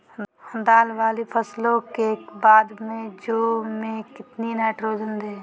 दाल वाली फसलों के बाद में जौ में कितनी नाइट्रोजन दें?